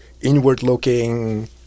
inward-looking